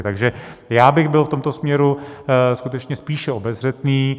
Takže já bych byl v tomto směru skutečně spíše obezřetný.